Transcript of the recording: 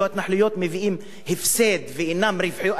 ההתנחלויות מביאות הפסד ואינן רווחיות,